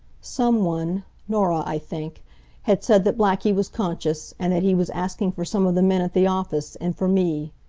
some one norah, i think had said that blackie was conscious, and that he was asking for some of the men at the office, and for me.